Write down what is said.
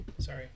Sorry